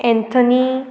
anthony